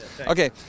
Okay